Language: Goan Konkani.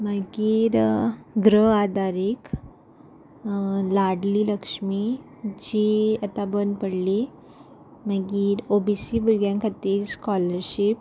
मागीर ग्रह आदारीक लाडली लक्ष्मी जी आतां बंद पडली मागीर ओ बी सी भुरग्यां खातीर स्कॉलरशीप